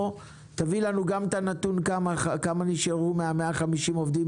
תביאי לנו גם את הנתון לגבי כמה נשארו מה-150 עובדים